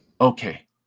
Okay